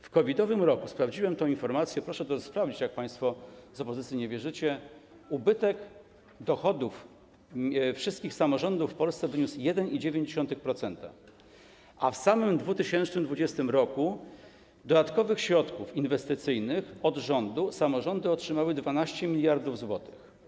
W COVID-owym roku - sprawdziłem tę informację, proszę to sprawdzić, jak państwo z opozycji nie wierzycie - ubytek dochodów wszystkich samorządów w Polsce wyniósł 1,9%, a w samym 2020 r. dodatkowych środków inwestycyjnych od rządu samorządy otrzymały 12 mld zł.